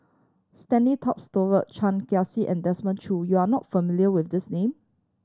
Stanley Toft Stewart Chan and Desmond Choo you are not familiar with these name